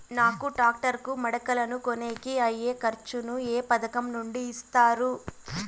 నాకు టాక్టర్ కు మడకలను కొనేకి అయ్యే ఖర్చు ను ఏ పథకం నుండి ఇస్తారు?